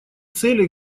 цели